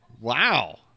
Wow